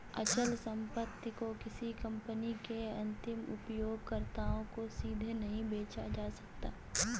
अचल संपत्ति को किसी कंपनी के अंतिम उपयोगकर्ताओं को सीधे नहीं बेचा जा सकता है